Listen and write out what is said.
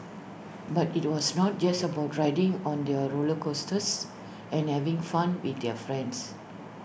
but IT was not just about riding on their roller coasters and having fun with their friends